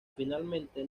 finalmente